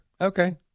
Okay